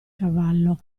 cavallo